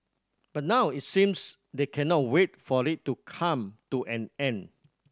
but now it seems they cannot wait for it to come to an end